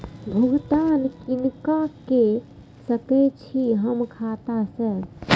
भुगतान किनका के सकै छी हम खाता से?